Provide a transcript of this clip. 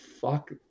fuck